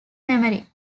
memory